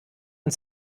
und